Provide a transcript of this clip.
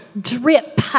Drip